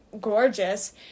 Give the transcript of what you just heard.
gorgeous